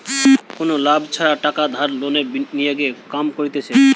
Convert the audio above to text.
কোনো লাভ ছাড়া টাকা ধার লোকের লিগে কাম করতিছে